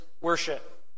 worship